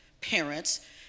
parents